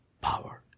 power